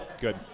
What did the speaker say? good